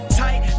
tight